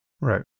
Right